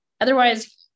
otherwise